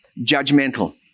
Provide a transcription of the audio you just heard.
judgmental